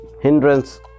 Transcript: hindrance